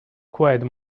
quite